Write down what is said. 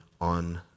on